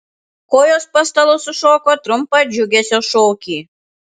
kojos po stalu sušoko trumpą džiugesio šokį